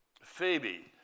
Phoebe